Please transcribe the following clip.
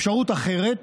אפשרות אחרת,